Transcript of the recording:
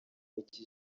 mike